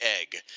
egg